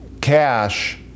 cash